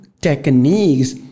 techniques